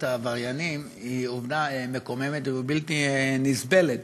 העבריינים היא עובדה מקוממת ובלתי נסבלת.